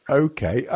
okay